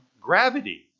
Gravity